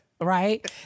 right